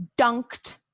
dunked